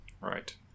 Right